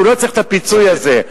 הוא לא צריך את הפיצוי הזה,